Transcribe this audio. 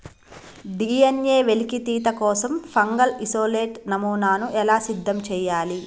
DNA వెలికితీత కోసం fungal isolate నమూనాను ఎలా సిద్ధం చెయ్యాలి?